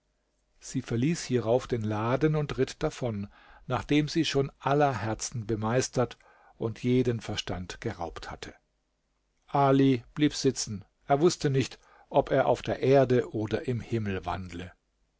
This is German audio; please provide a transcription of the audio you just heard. sie verließ hierauf den laden und ritt davon nachdem sie sich schon aller herzen bemeistert und jeden verstand geraubt hatte ali blieb sitzen er wußte nicht ob er auf der erde oder im himmel wandle